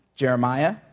Jeremiah